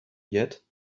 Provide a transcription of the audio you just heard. yet